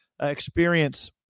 experience